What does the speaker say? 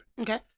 Okay